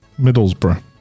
Middlesbrough